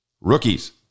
rookies